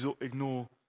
ignore